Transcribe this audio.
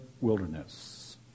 wilderness